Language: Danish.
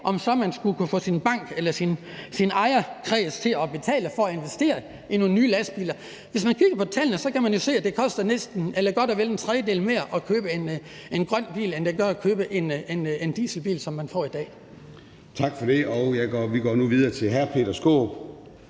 om så man skulle kunne få sin bank eller sin ejerkreds til at betale for at investere i nogle nye lastbiler. Hvis man kigger på tallene, kan man jo se, at det koster godt og vel en tredjedel mere at købe en grøn bil, end det gør at købe en dieselbil, som man får i dag. Kl. 10:24 Formanden (Søren Gade): Tak for det.